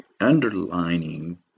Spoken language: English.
underlining